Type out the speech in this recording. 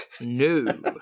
No